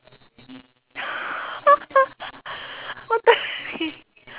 what the